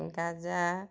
গাজা